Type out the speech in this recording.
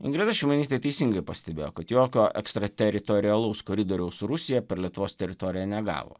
ingrida šimonytė teisingai pastebėjo kad jokio ekstrateritorialaus koridoriaus su rusija per lietuvos teritoriją negavo